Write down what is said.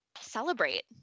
celebrate